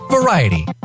Variety